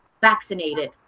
vaccinated